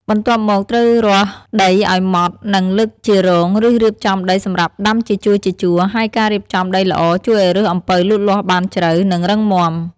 បន្ទាប់មក ត្រូវរាស់ដីឱ្យម៉ត់ និង លើកជារង ឬរៀបចំដីសម្រាប់ដាំជាជួរៗ ហើយការរៀបចំដីល្អជួយឱ្យឫសអំពៅលូតលាស់បានជ្រៅ និងរឹងមាំ។